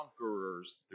conquerors